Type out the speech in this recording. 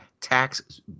tax